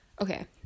Okay